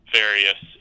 various